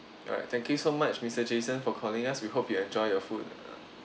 alright thank you so much mr jason for calling us we hope you enjoy your food